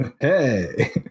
Hey